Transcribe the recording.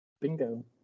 Bingo